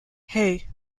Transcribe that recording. hey